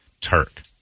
Turk